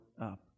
up